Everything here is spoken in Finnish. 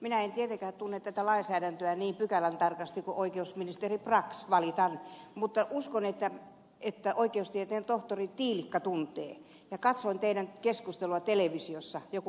minä en tietenkään tunne tätä lainsäädäntöä niin pykälän tarkasti kuin oikeusministeri brax valitan mutta uskon että oikeustieteen tohtori tiilikka tuntee ja katsoin teidän keskusteluanne televisiossa joku aamu sitten